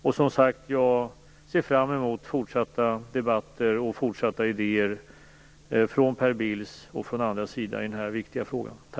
Jag ser fram mot fortsatta debatter och idéer från Per Bills och andras sida i denna viktiga fråga.